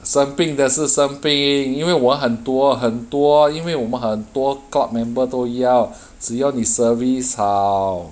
生病的是生病因为我很多很多因为我们很多 club member 都要只要你 service 好